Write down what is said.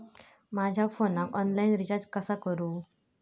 माझ्या फोनाक online recharge कसा करू?